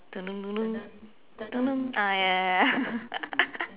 ah ya ya ya ya